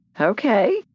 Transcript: Okay